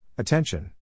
Attention